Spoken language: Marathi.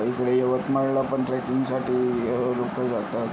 इकडे यवतमाळला पण ट्रेकिंगसाठी लोकं जातात